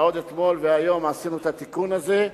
ועוד אתמול והיום עשינו את התיקון הזה.